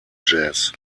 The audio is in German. jazz